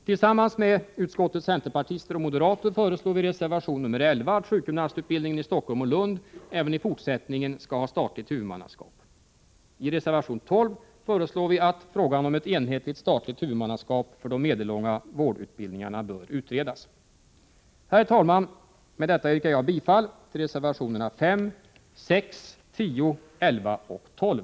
Tillsammans med utskottets centerpartister och moderater föreslår vi i reservation 11 att sjukgymnastutbildningen i Stockholm och Lund även i fortsättningen skall ha statligt huvudmannaskap. I reservation 12 anför vi att frågan om ett enhetligt statligt huvudmannaskap för de medellånga vårdutbildningarna bör utredas. Herr talman! Med detta yrkar jag bifall till reservationerna 5, 6, 10, 11 och 12.